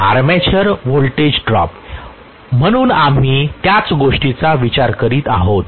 armature voltage drop म्हणून आम्ही त्याच गोष्टीचा विचार करत आहोत